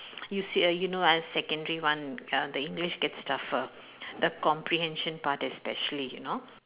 you see uh you know ah secondary one uh the English gets tougher the comprehension part especially you know